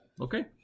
okay